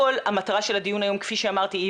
המטרה של הדיון היום כפי שאמרתי,